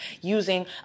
using